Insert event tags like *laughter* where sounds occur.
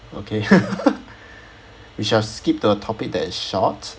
okay *laughs* we shall skip the topic that is short